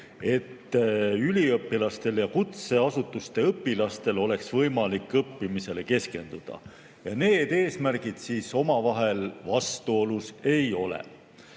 et üliõpilastel ja kutseasutuste õpilastel oleks võimalik õppimisele keskenduda. Need eesmärgid omavahel vastuolus ei ole.